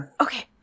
okay